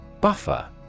Buffer